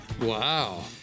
Wow